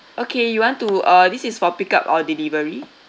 okay you want to uh this is for pick up or delivery